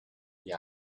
the